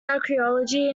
archaeology